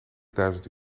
duizend